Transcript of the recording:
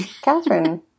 Catherine